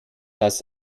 das